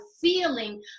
feeling